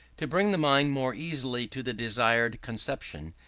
to bring the mind more easily to the desired conception,